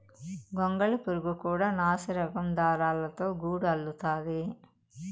గొంగళి పురుగు కూడా నాసిరకం దారాలతో గూడు అల్లుతాది